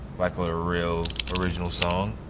like with a real, original song.